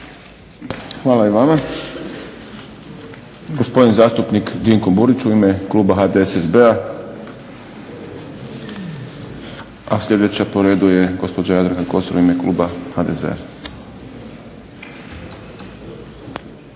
Hvala i vama.